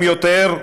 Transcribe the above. שמתלהם יותר,